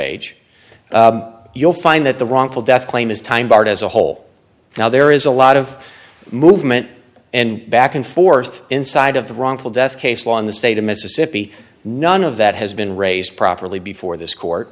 age you'll find that the wrongful death claim is time barred as a whole now there is a lot of movement and back and forth inside of the wrongful death case law in the state of mississippi none of that has been raised properly before this court